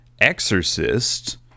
exorcist